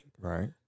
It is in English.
Right